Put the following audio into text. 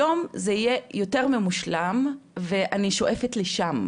היום זה יהיה יותר ממושלם ואני שואפת לשם,